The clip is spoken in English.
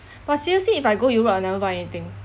but seriously if I go europe I never buy anything